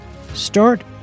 start